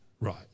right